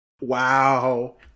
Wow